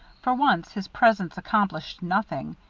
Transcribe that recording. for once, his presence accomplished nothing.